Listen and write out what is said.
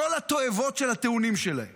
ומכל התועבות של הטיעונים שלהם